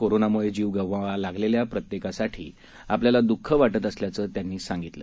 कोरोनामुळे जीव गमवावा लागलेल्या प्रत्येकासाठी आपल्याला द्रःख वाटत असल्याचं त्यांनी सांगितलं